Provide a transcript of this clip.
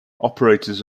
operators